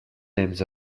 names